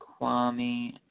Kwame